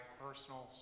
personal